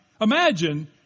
imagine